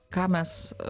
ką mes